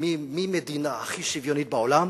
שמהמדינה הכי שוויונית בעולם